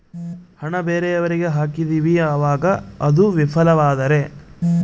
ಹಣ ಬೇರೆಯವರಿಗೆ ಹಾಕಿದಿವಿ ಅವಾಗ ಅದು ವಿಫಲವಾದರೆ?